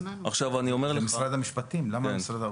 זה משרד המשפטים, לא משרד האוצר.